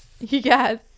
yes